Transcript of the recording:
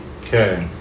Okay